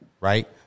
right